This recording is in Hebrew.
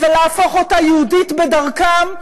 ולהפוך אותה יהודית בדרכם,